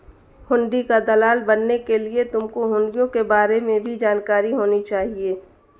हुंडी का दलाल बनने के लिए तुमको हुँड़ियों के बारे में भी जानकारी होनी चाहिए